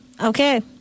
Okay